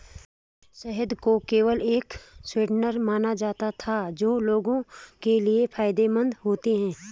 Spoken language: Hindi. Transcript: शहद को केवल एक स्वीटनर माना जाता था जो लोगों के लिए फायदेमंद होते हैं